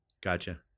Gotcha